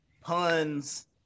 pun's